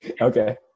Okay